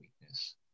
weakness